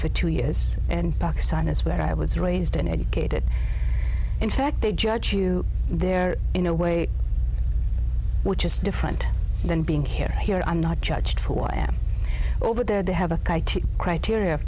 for two years and that's where i was raised and educated in fact they judge you there in a way which is different than being here here i'm not judged for what i am over there they have a criteria